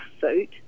suit